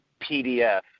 PDF